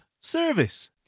service